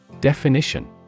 Definition